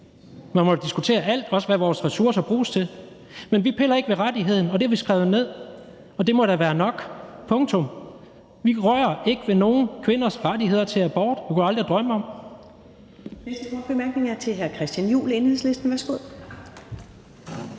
Man må da diskutere alt, også hvad vores ressourcer bruges til. Men vi piller ikke ved rettigheden, og det har vi skrevet ned. Og det må da være nok – punktum. Vi rører ikke ved nogen kvinders ret til abort; det kunne jeg aldrig drømme om.